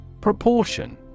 Proportion